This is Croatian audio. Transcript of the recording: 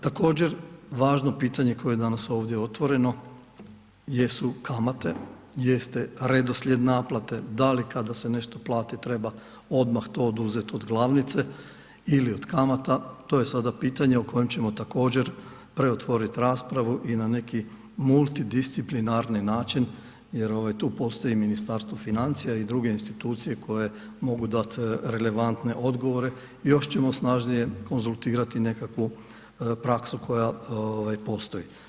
Također važno pitanje koje je danas ovdje otvoreno jesu kamate, jeste redoslijed naplate da li kada se nešto plati treba odmah to oduzet od glavnice ili od kamata, to je sada pitanje o kojem ćemo također preotvorit raspravu i na neki multidisciplinarni način jer tu postoji Ministarstvo financija i druge institucije koje mogu dat relevantne odgovore, još ćemo snažnije konzultirati nekakvu praksu koja postoji.